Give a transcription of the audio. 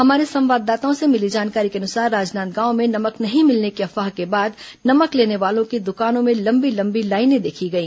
हमारे संवाददाताओं से मिली जानकारी के अनुसार राजनांदगांव में नमक नहीं मिलने की अफवाह के बाद नमक लेने वालों की दुकानों में लंबी लंबी लाइनें देखी गई